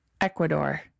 Ecuador